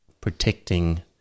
protecting